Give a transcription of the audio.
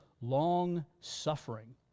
long-suffering